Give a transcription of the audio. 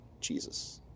Jesus